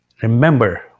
Remember